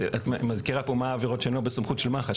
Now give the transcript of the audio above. את מזכירה פה מה העבירות שהן לא בסמכות של מח"ש.